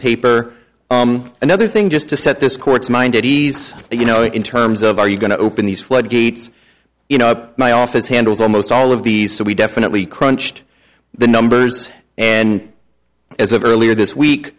paper another thing just to set this court's mind at ease that you know in terms of are you going to open these floodgates you know up my office handles almost all of these so we definitely crunched the numbers and as of earlier this week